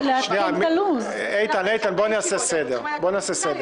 בואו נעשה סדר.